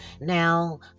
Now